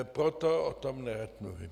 Proto o tom nerad mluvím.